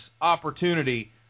opportunity